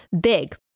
big